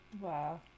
Wow